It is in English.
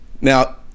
Now